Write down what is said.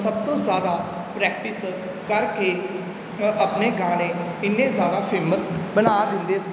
ਸਭ ਤੋਂ ਜ਼ਿਆਦਾ ਪ੍ਰੈਕਟਿਸ ਕਰਕੇ ਆਪਣੇ ਗਾਣੇ ਇੰਨੇ ਜ਼ਿਆਦਾ ਫੇਮਸ ਬਣਾ ਦਿੰਦੇ ਸੀ